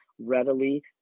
readily